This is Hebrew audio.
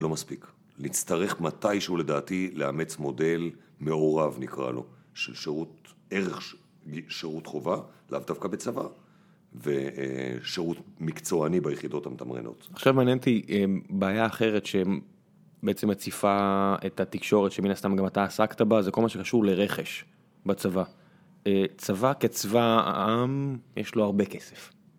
לא מספיק, נצטרך מתי שהוא לדעתי לאמץ מודל מעורב נקרא לו, של שירות ערך, שירות חובה, לאו דווקא בצבא ושירות מקצועני ביחידות המתמרנות. עכשיו מעניין אותי בעיה אחרת שבעצם הציפה את התקשורת שמן הסתם גם אתה עסקת בה, זה כל מה שחשוב לרכש בצבא, צבא כצבא העם יש לו הרבה כסף.